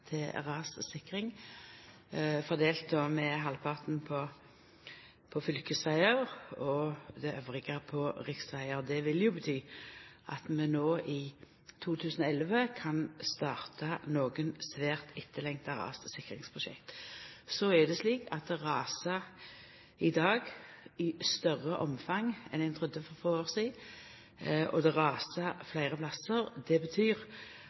til rassikring, fordelt med halvparten på fylkesvegar og resten på riksvegar. Det vil jo bety at vi no i 2011 kan starta nokre svært etterlengta rassikringsprosjekt. Så er det slik at det i dag rasar i større omfang enn ein trudde for få år sidan, og det rasar fleire plassar. Det betyr